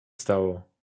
stało